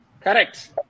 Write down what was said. Correct